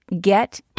Get